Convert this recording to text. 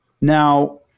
Now